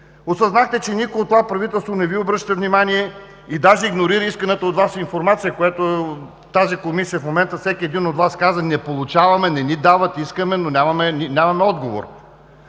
Осъзнахте, че никой от това правителство не Ви обръща внимание и даже игнорира исканата от Вас информация, което в тази Комисия в момента всеки един от Вас каза: не получаваме, не ни дават, искаме, но нямаме отговор.